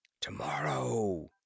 Tomorrow